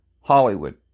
Hollywood